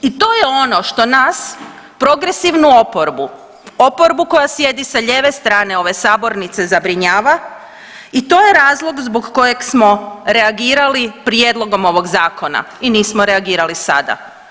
I to je ono što nas progresivnu oporbu, oporbu koja sjedi sa lijeve strane ove sabornice zabrinjava i to je razlog zbog kojeg smo reagirali prijedlogom ovog zakona i nismo reagirali sada.